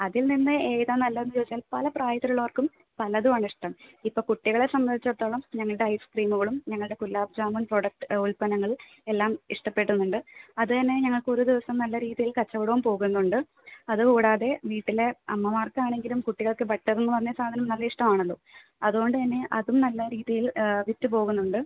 അതിൽ നിന്ന് ഏതാണ് നല്ലതെന്ന് ചോദിച്ചാൽ പല പ്രായത്തിലുള്ളവർക്കും പലതുമാണ് ഇഷ്ടം ഇപ്പോൾ കുട്ടികളെ സംബന്ധിച്ചിടത്തോളം ഞങ്ങളുടെ ഐസ്ക്രീമുകളും ഞങ്ങളുടെ ഗുലാബ് ജാമുൻ പ്രൊഡക്റ്റ് ഉല്പന്നങ്ങൾ എല്ലാം ഇഷ്ടപ്പെടുന്നുണ്ട് അത് തന്നെ ഞങ്ങൾക്കൊരു ദിവസം നല്ല രീതിയിൽ കച്ചവടവും പോകുന്നുണ്ട് അത് കൂടാതെ വീട്ടിലെ അമ്മമാർക്ക് ആണെങ്കിലും കുട്ടികൾക്ക് ബട്ടർ എന്ന് പറഞ്ഞ സാധനം നല്ല ഇഷ്ടമാണല്ലോ അതുകൊണ്ട് തന്നെ അതും നല്ല രീതിയിൽ വിറ്റ് പോകുന്നുണ്ട്